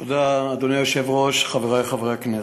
אדוני היושב-ראש, תודה, חברי חברי הכנסת,